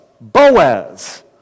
Boaz